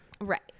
Right